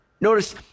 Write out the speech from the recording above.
notice